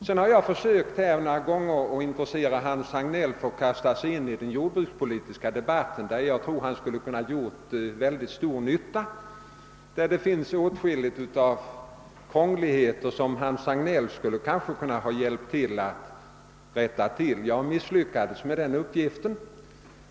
Sedan har jag några gånger försökt intressera Hans Hagnell för att kasta sig in i den jordbrukspolitiska debatten, där jag tror att han skulle ha kunnat göra mycket stor nytta, ty det finns åtskilliga krångligheter som han kanske skulle ha kunnat bidra till att rätta till. Jag har emellertid misslyckats med den uppgiften.